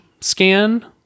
scan